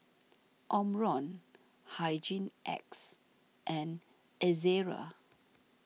Omron Hygin X and Ezerra